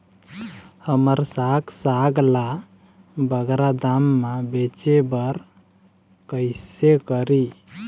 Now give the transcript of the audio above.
हमर साग साग ला बगरा दाम मा बेचे बर कइसे करी?